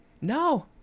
no